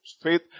faith